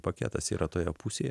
paketas yra toje pusėje